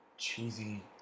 Cheesy